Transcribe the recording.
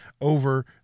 over